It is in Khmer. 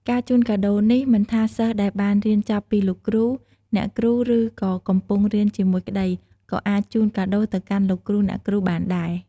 ការជូនកាដូរនេះមិនថាសិស្សដែលបានរៀនចប់ពីលោកគ្រូ អ្នកគ្រូឬក៏កំពុងរៀនជាមួយក្តីក៏អាចជូនកាដូរទៅកាន់លោកគ្រូ អ្នកគ្រូបានដែរ។